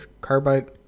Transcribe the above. carbide